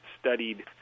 studied